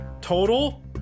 Total